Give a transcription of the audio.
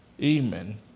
amen